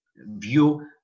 view